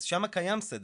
אז שם קיים סדר,